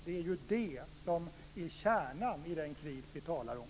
Det är ju det som är kärnan i den kris vi talar om.